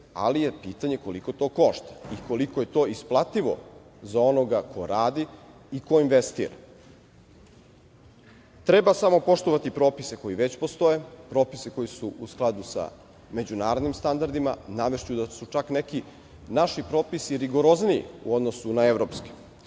ali je pitanje koliko to košta i koliko je to isplativo za onoga ko radi i ko investira. Treba samo poštovati propise koji već postoje, propisi koji su u skladu sa međunarodnim standardima i navešću da su čak neki naši propisi rigorozniji u odnosu na evropske,